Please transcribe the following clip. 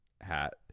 hat